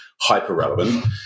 hyper-relevant